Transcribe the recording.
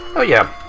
oh yeah.